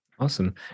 Awesome